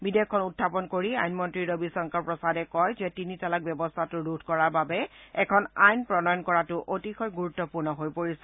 বিধেয়কখন উখাপন কৰি আইন মন্ত্ৰী ৰবি শংকৰ প্ৰসাদে কয় যে তিনি তালাক ব্যৱস্থাটো ৰোধ কৰাৰ বাবে এখন আইন প্ৰণয়ন কৰাটো অতিশয় গুৰুত্বপূৰ্ণ হৈ পৰিছে